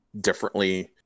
differently